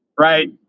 right